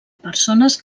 persones